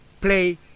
play